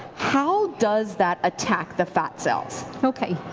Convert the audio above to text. how does that attack the fat cells? okay.